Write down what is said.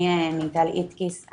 אני מיטל איטקיס,